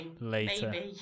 later